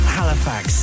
Halifax